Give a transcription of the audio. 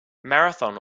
marathon